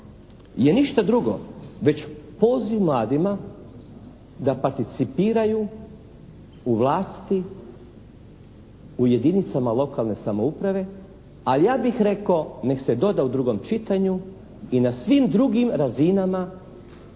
je ništa drugo već poziv mladima da participiraju u vlasti u jedinicama lokalne samouprave, ali ja bih rekao neka se doda u drugom čitanju, i na svim drugim razinama